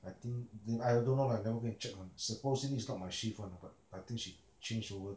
I think err I don't want lah never go and check lah supposedly it's not shift [one] lah but I think she change over